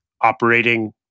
operating